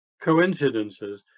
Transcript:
coincidences